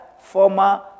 former